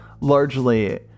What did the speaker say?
largely